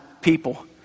people